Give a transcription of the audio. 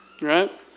right